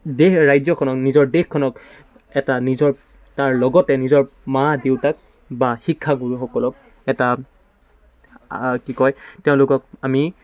দেশ ৰাজ্যখনক নিজৰ দেশখনক এটা নিজৰ তাৰ লগতে নিজৰ মা দেউতাক বা শিক্ষাগুৰুসকলক এটা কি কয় তেওঁলোকক আমি